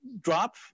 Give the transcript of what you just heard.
drop